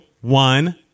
one